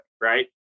Right